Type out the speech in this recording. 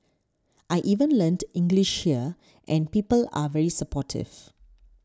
I even learnt English here and people are very supportive